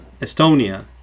Estonia